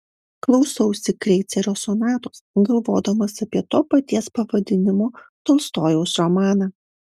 klausausi kreicerio sonatos galvodamas apie to paties pavadinimo tolstojaus romaną